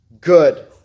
Good